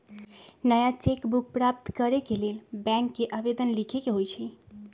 नया cheque book प्राप्त करेके लेल बैंक के आवेदन लीखे के होइ छइ